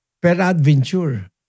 peradventure